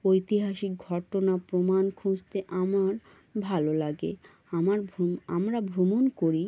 ঐতিহাসিক ঘটনা প্রমাণ খুঁজতে আমার ভালো লাগে আমার ভ্রম আমরা ভ্রমণ করি